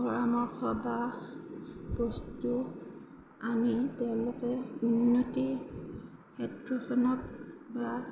পৰামৰ্শ বা বস্তু আনি তেওঁলোকে উন্নতিৰ ক্ষেত্ৰখনত বা